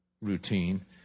routine